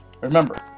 Remember